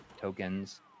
tokens